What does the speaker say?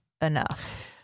enough